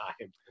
time